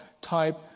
type